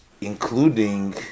including